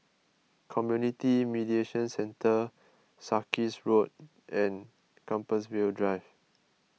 Community Mediation Centre Sarkies Road and Compassvale Drive